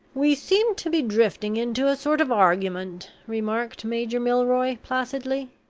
we seem to be drifting into a sort of argument, remarked major milroy, placidly.